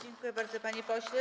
Dziękuję bardzo, panie pośle.